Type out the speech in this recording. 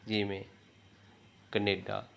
ਜਿਵੇਂ ਕਨੇਡਾ